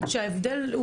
שיש הבדל,